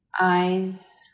eyes